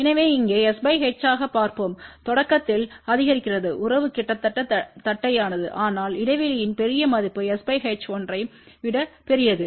எனவே இங்கே s h ஆக பார்ப்போம் தொடக்கத்தில் அதிகரிக்கிறது உறவு கிட்டத்தட்ட தட்டையானது ஆனால் இடைவெளியின் பெரிய மதிப்பு s h 1 ஐ விட பெரியது